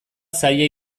zaila